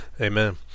Amen